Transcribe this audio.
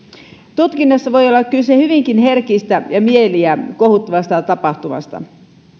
tutkinnassa voi olla kyse hyvinkin herkästä ja mieliä kuohuttavasta tapahtumasta